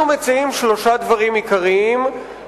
אנחנו מציעים שלושה דברים עיקריים,